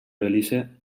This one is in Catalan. belize